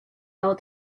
will